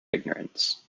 ignorance